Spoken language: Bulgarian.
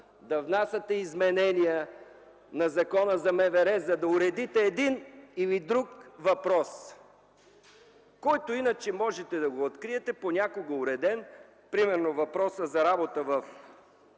да внасяте изменения на Закона за МВР, за да уредите един или друг въпрос, който иначе можете да го откриете понякога уреден. Примерно, въпросът за работа